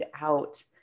out